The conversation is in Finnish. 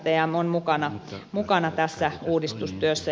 stm on mukana tässä uudistustyössä